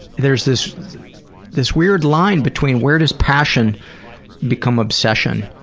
there's this this weird line between, where does passion become obsession.